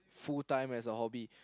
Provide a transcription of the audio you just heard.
full time as a hobby